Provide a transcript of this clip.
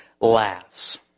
laughs